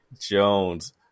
Jones